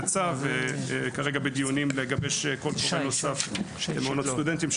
ואנחנו כרגע בדיונים לגבש קול קורא נוסף של מעונות סטודנטים.